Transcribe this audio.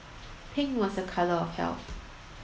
pink was a colour of health